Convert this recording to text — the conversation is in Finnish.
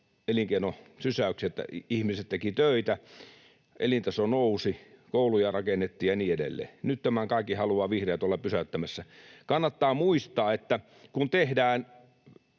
elinkeinosysäyksen, että ihmiset tekivät töitä, elintaso nousi, kouluja rakennettiin ja niin edelleen. Nyt tämän kaiken haluavat vihreät olla pysäyttämässä. Kannattaa muistaa, että kun tehdään